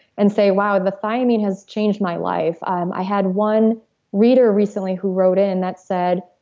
and say, wow. the thiamine has changed my life i had one reader recently who wrote in that said,